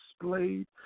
displayed